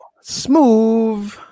Smooth